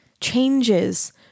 changes